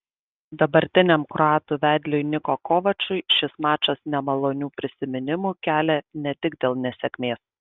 dabartiniam kroatų vedliui niko kovačui šis mačas nemalonių prisiminimų kelia ne tik dėl nesėkmės